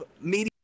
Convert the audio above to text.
media